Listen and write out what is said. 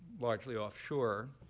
largely offshore,